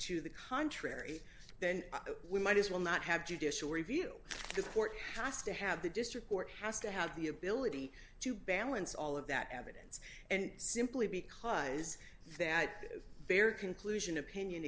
to the contrary then we might as well not have judicial review because the court has to have the district court has to have the ability to balance all of that evidence and simply because that is fair conclusion opinion